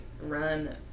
run